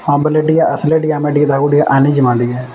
ଆସିଲେଟିକେ ଆମେଟିକେ ତାକୁଟିକେ ଆଣି ଜିମା ଟିକେ